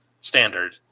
Standard